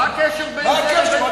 מה הקשר בין זה לבין התקציב, מה הקשר?